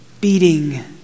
beating